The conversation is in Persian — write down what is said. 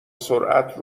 سرعت